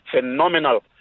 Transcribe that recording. phenomenal